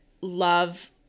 love